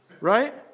Right